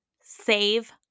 save